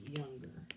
younger